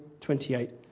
28